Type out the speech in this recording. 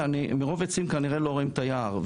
מרוב עצים כנראה לא רואים את היער.